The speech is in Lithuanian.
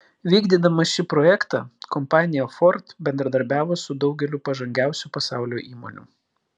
vykdydama šį projektą kompanija ford bendradarbiavo su daugeliu pažangiausių pasaulio įmonių